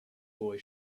boy